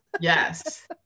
Yes